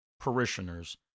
parishioners